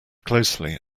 closely